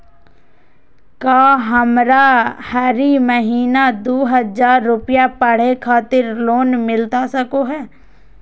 का हमरा हरी महीना दू हज़ार रुपया पढ़े खातिर लोन मिलता सको है?